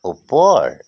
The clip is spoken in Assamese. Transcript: ওপৰ